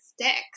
sticks